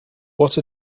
what